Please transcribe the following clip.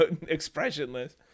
expressionless